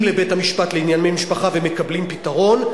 לבית-המשפט לענייני משפחה ומקבלים פתרון.